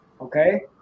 okay